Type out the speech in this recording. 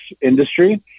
industry